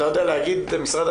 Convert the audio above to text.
אתה אומר שאתם,